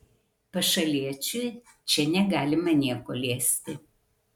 pašaliečiui čia negalima nieko liesti